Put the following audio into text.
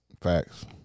Facts